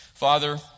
Father